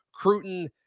Cruton